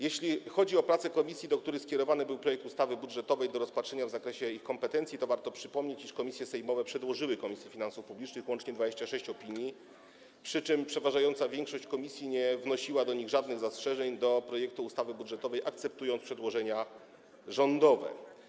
Jeśli chodzi o prace komisji, do których skierowany był projekt ustawy budżetowej do rozpatrzenia w zakresie ich kompetencji, to warto przypomnieć, iż komisje sejmowe przedłożyły Komisji Finansów Publicznych łącznie 26 opinii, przy czym znaczna większość komisji nie wnosiła w nich żadnych zastrzeżeń do projektu ustawy budżetowej, akceptując przedłożenie rządowe.